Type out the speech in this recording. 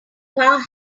car